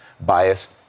bias